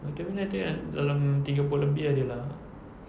vitamin dia I think dalam tiga puluh lebih ada lah